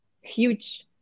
huge